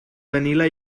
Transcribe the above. vanilla